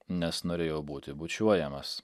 nes norėjo būti bučiuojamas